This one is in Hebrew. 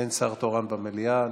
אין שר תורן במליאה.